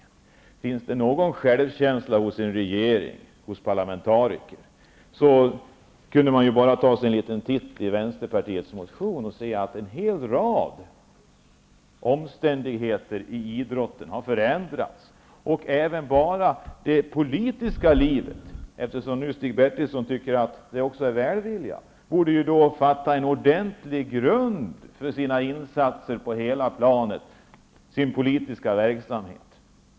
Om det finns någon självkänsla hos regeringen och hos parlamentariker borde de ta sig en liten titt i vänsterpartiets motion och se att en hel rad omständigheter i idrotten har förändrats. Eftersom Stig Bertilsson tycker att det är välvilja från det politiska livet, borde detta ha en ordentlig grund för sina insatser på hela planet och för sin politiska verksamhet.